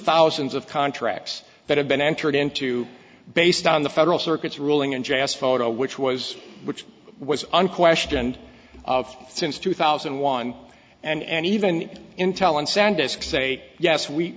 thousands of contracts that have been entered into based on the federal circuit's ruling and j s photo which was which was unquestioned since two thousand and one and even intel and san disk say yes we